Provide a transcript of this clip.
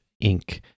ink